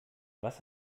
was